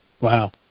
wow